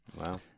Wow